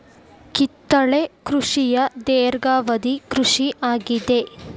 ಕಿತ್ತಳೆ ಕೃಷಿಯ ಧೇರ್ಘವದಿ ಕೃಷಿ ಆಗಿದೆ